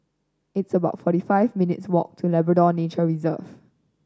it's about forty five minutes' walk to Labrador Nature Reserve